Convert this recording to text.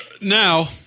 Now